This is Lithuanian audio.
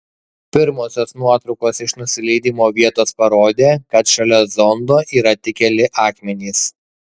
pirmosios nuotraukos iš nusileidimo vietos parodė kad šalia zondo yra tik keli akmenys